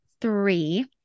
three